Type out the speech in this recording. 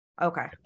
Okay